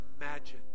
imagine